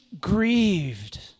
grieved